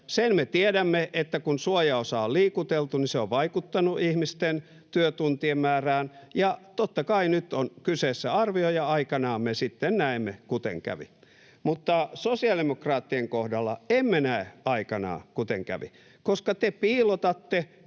Sen me tiedämme, että kun suojaosaa on liikuteltu, niin se on vaikuttanut ihmisten työtuntien määrään ja, totta kai, nyt on kyseessä arvio, ja aikanaan me sitten näemme, kuten kävi. Mutta sosiaalidemokraattien kohdalla emme näe aikanaan, kuten kävi, koska te piilotatte,